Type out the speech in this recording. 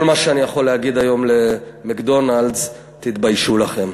כל מה שאני יכול להגיד היום ל "מקדונלד'ס": תתביישו לכם.